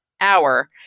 hour